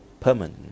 permanent